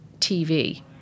TV